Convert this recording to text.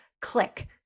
Click